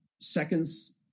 seconds